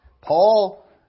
Paul